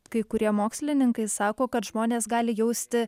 kai kurie mokslininkai sako kad žmonės gali jausti